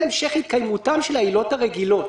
המשך התקיימותן של העילות הרגילות.